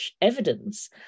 evidence